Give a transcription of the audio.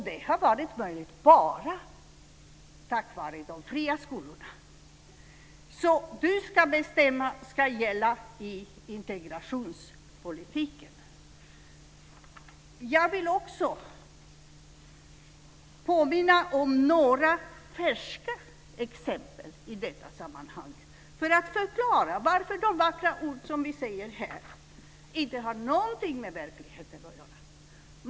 Det har varit möjligt bara tack vare de fria skolorna. "Du ska bestämma" ska gälla i integrationspolitiken. Jag vill också påminna om några färska exempel i detta sammanhang för att förklara varför de vackra ord vi säger här inte har någonting med verkligheten att göra.